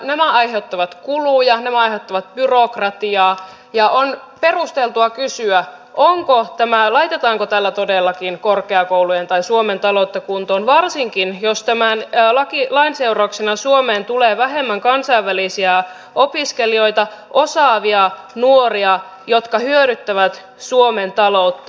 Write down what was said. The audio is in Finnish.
nämä aiheuttavat kuluja nämä aiheuttavat byrokratiaa ja on perusteltua kysyä laitetaanko tällä todellakin korkeakoulujen tai suomen taloutta kuntoon varsinkin jos tämän lain seurauksena suomeen tulee vähemmän kansainvälisiä opiskelijoita osaavia nuoria jotka hyödyttävät suomen taloutta